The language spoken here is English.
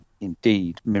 indeed